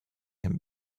him